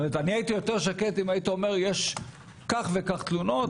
אני הייתי יותר שקט אם היית אומר יש כך וכך תלונות,